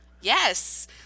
Yes